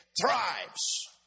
thrives